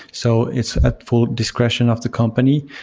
so it's at full discretion of the company.